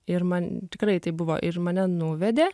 ir man tikrai taip buvo ir mane nuvedė